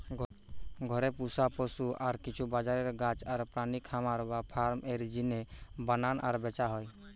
ঘরে পুশা পশু আর কিছু বাজারের গাছ আর প্রাণী খামার বা ফার্ম এর জিনে বানানা আর ব্যাচা হয়